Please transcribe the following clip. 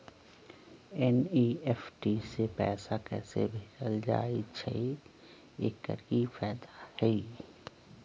NEFT से पैसा कैसे भेजल जाइछइ? एकर की फायदा हई?